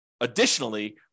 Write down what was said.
additionally